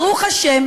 ברוך השם,